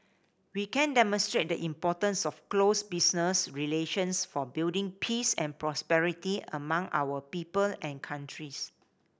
we can demonstrate the importance of close business relations for building peace and prosperity among our people and countries